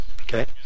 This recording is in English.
Okay